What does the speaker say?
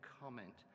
comment